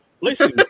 Listen